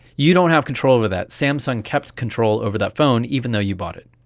you don't have control over that, samsung kept control over that phone, even though you bought it.